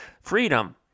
freedom